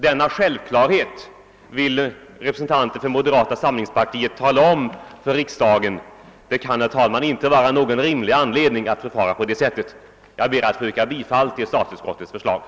Denna självklarhet vill representanterna för moderata samlingspartiet tala om för regeringen. Det kan inte finnas någon rimlig anledning att förfara på det sättet, herr talman. Jag ber att få yrka bifall till statsutskottets hemställan.